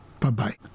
Bye-bye